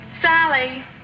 Sally